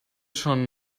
schon